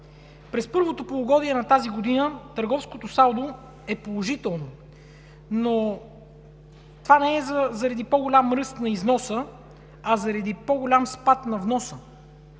През първото полугодие на тази година търговското салдо е положително, но това не е заради по-голям ръст на износа, а заради по-голям спад на вноса.